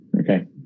Okay